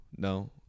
No